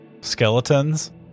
skeletons